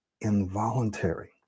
involuntary